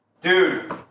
Dude